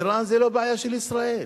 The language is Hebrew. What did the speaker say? אירן זו לא בעיה של ישראל.